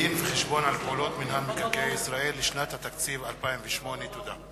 דין-וחשבון על פעולות מינהל מקרקעי ישראל לשנת התקציב 2008. תודה.